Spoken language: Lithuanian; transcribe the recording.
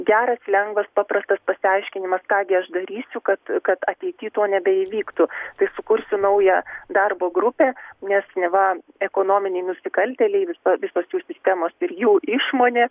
geras lengvas paprastas pasiaiškinimas ką gi aš darysiu kad kad ateity to nebeįvyktų tai sukursiu naują darbo grupę nes neva ekonominiai nusikaltėliai visa visos jų sistemos ir jų išmonė